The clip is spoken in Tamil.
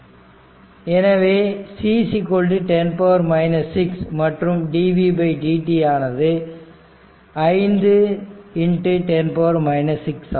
எனவே c 10 6 மற்றும் dvtdt ஆனது 5 10 6ஆகும்